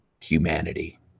humanity